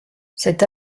cette